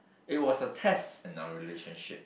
it was a test in our relationship